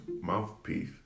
mouthpiece